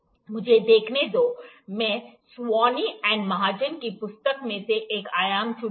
मुझे देखने दो मैं साहनी और महाजन की पुस्तक में से एक आयाम चुनूंगा